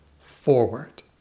forward